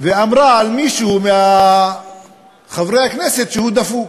ואמרה על מישהו מחברי הכנסת שהוא דפוק.